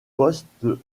poste